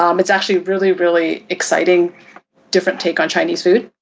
um it's actually really, really exciting different take on chinese food.